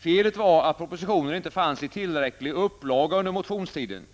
Felet var att propositionen inte fanns i tillräcklig upplaga under motionstiden.